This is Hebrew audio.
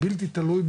בלתי תלוי,